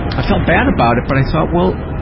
i felt bad about it, but i thought, well,